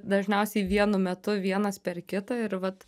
dažniausiai vienu metu vienas per kitą ir vat